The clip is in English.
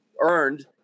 earned